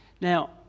Now